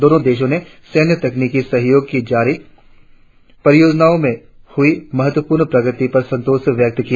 दोनो देशों ने सैन्य तकनीकी सहयोग की जारी परियोजनाओं में हुई महत्वपूर्ण प्रगति पर संतोष व्यक्त किया